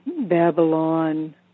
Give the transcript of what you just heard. Babylon